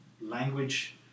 language